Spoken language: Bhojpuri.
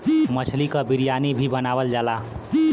मछली क बिरयानी भी बनावल जाला